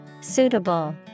Suitable